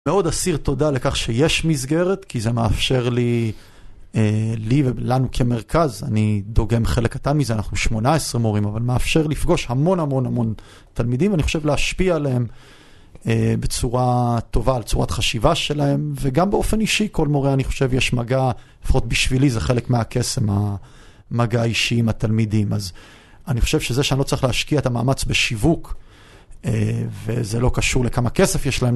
מאוד אסיר תודה לכך שיש מסגרת, כי זה מאפשר לי ולנו כמרכז, אני דוגם חלק קטן מזה, אנחנו 18 מורים, אבל מאפשר לפגוש המון המון המון תלמידים, ואני חושב להשפיע עליהם בצורה טובה, על צורת חשיבה שלהם, וגם באופן אישי, כל מורה, אני חושב, יש מגע, לפחות בשבילי זה חלק מהכסם, המגע האישי עם התלמידים. אז אני חושב שזה שאני לא צריך להשקיע את המאמץ בשיווק, וזה לא קשור לכמה כסף יש להם,